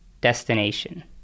Destination